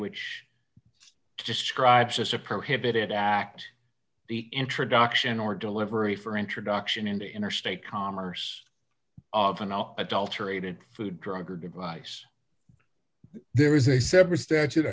which describes as a prohibited act the introduction or delivery for introduction into interstate commerce of adulterated food drug or device there is a separate statute